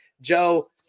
Joe